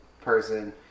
person